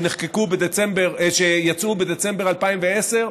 שיצאו בדצמבר 2010,